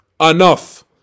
Enough